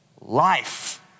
Life